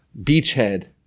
beachhead